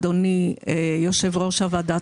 אדוני יושב ראש הוועדה,